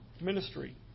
ministry